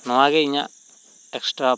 ᱱᱚᱣᱟ ᱜᱮ ᱤᱧᱟᱹᱜ ᱮᱠᱥᱴᱨᱟ